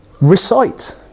Recite